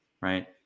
right